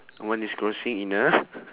one is crossing in a